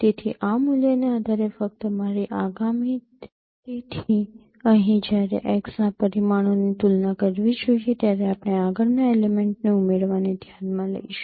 તેથી આ મૂલ્યને આધારે ફક્ત મારી આગામી તેથી અહીં જ્યારે x ના પરિમાણોની તુલના કરવી જોઈએ ત્યારે આપણે આગળના એલિમેન્ટને ઉમેરવાને ધ્યાનમાં લઈશું